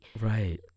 Right